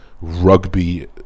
rugby